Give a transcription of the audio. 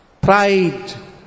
pride